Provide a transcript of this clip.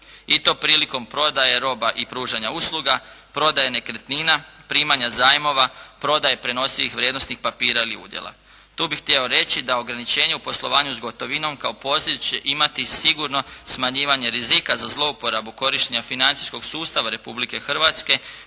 I to prilikom prodaje roba i pružanja usluga, prodaja nekretnina, primanja zajmova, prodaje prenosivih vrijednosnih papira ili udjela. Tu bih htio reći da ograničenje u poslovanju sa gotovinom kao posljedicu će imati sigurno smanjivanje rizika za zlouporabu korištenja financijskog sustava Republike Hrvatske